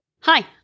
Hi